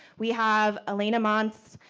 we have, elena manns,